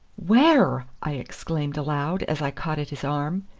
where? i exclaimed aloud, as i caught at his arm.